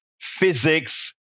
physics